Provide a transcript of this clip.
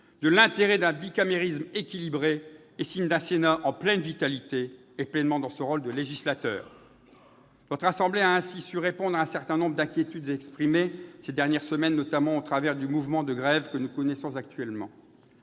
de l'intérêt d'un bicamérisme équilibré, et signe d'un Sénat en pleine vitalité et jouant complètement son rôle de législateur. Notre assemblée a ainsi su répondre à un certain nombre d'inquiétudes exprimées ces dernières semaines, notamment au travers du mouvement de grève que nous connaissons actuellement.